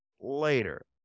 later